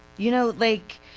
you know, like,